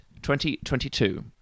2022